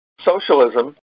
socialism